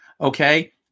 okay